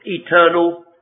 eternal